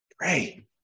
Pray